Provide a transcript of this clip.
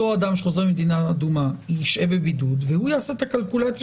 שחוזר ממדינה אדומה ישהה בבידוד והוא יעשה את הכלכולציה